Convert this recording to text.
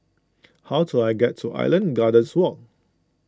how do I get to Island Gardens Walk